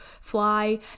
fly